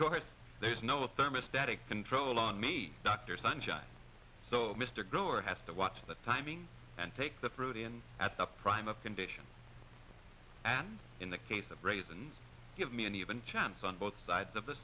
course there's no a thermostatic control on me dr sunshine so mr grower has to watch the timing and take the freudian at the prime of condition and in the case of raisins give me an even chance on both sides of the